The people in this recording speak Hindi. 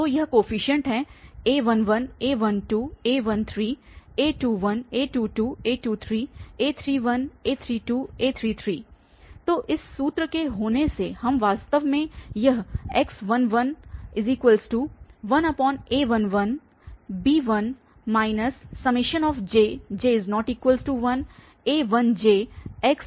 तो यह कोफीशिएंट हैं a11 a12 a13 a21 a22 a23 a31 a32 a33 तो इस सूत्र के होने से हम वास्तव में यह x11a11b1 jj≠1a1jxj क्या कर रहे है